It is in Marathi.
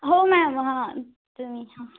हो मॅम हां तुम्ही हां